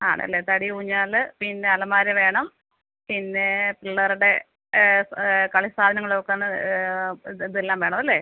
ആണല്ലേ തടി ഊഞ്ഞാല് പിന്നെ അലമാര വേണം പിന്നേ പിള്ളേരുടെ കളി സാധനങ്ങള് വെക്കുന്ന ഇത് ഇതെല്ലാം വേണം അല്ലെ